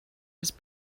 his